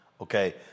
Okay